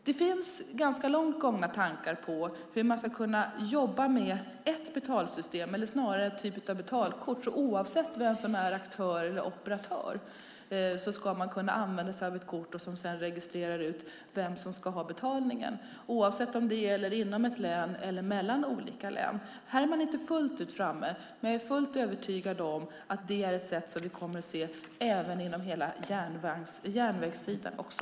Det finns ganska långt gångna tankar på ett system med betalkort som kan användas oavsett vem som är aktör eller operatör. Systemet registrerar sedan vem som ska ha betalningen oavsett om man reser inom ett län eller mellan olika län. Här är man inte riktigt framme, men jag är fullt övertygad om att detta är något som vi kommer att få se på järnvägssidan också.